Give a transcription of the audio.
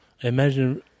imagine